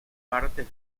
partes